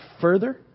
further